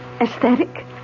Aesthetic